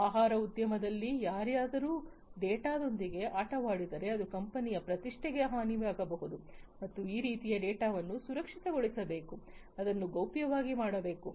ಆಹಾರ ಉದ್ಯಮಗಳಲ್ಲಿ ಯಾರಾದರೂ ಡೇಟಾದೊಂದಿಗೆ ಆಟವಾಡಿದರೆ ಅದು ಕಂಪನಿಯ ಪ್ರತಿಷ್ಠೆಗೆ ಹಾನಿಯಾಗಬಹುದು ಮತ್ತು ಆ ರೀತಿಯ ಡೇಟಾವನ್ನು ಸುರಕ್ಷಿತಗೊಳಿಸಬೇಕು ಅದನ್ನು ಗೌಪ್ಯವಾಗಿ ಮಾಡಬೇಕು